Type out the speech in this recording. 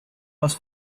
was